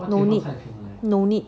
no need no need